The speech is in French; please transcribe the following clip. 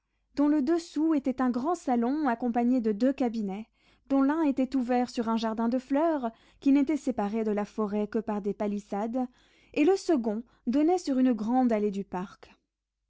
dont le dessous était un grand salon accompagné de deux cabinets dont l'un était ouvert sur un jardin de fleurs qui n'était séparé de la forêt que par des palissades et le second donnait sur une grande allée du parc